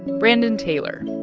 brandon taylor.